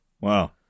Wow